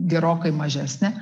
gerokai mažesnė